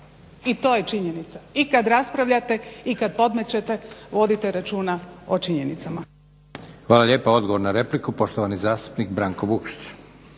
I to je činjenica. I kad raspravljate i kad podmećete vodite računa o činjenicama. **Leko, Josip (SDP)** Hvala lijepa. Odgovor na repliku, poštovani zastupnik Branko Vukšić.